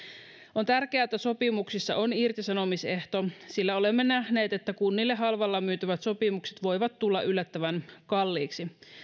on tärkeää että sopimuksissa on irtisanomisehto sillä olemme nähneet että kunnille halvalla myytävät sopimukset voivat tulla yllättävän kalliiksi